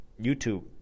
youtube